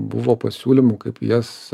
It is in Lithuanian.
buvo pasiūlymų kaip jas